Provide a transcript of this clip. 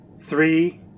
three